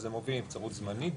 זאת או נבצרות זמנית,